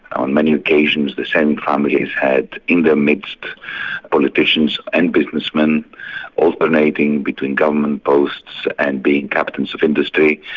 on many occasions the same families had in their midst politicians and businessmen alternating between government posts and being captains of industry.